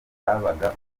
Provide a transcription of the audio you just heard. babaga